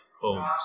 homes